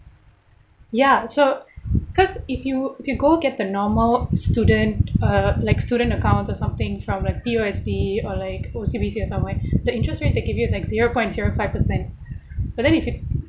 ya so because if you if you go get the normal student uh like student account or something from like P_O_S_B or like O_C_B_C or somewhere the interest rate they give you is like zero point zero five percent but then if you